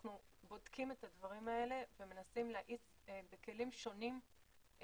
אנחנו בודקים את הדברים האלה ומנסים להאיץ בכלים שונים,